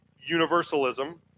universalism